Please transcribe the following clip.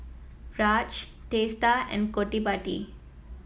Raj Teesta and Gottipati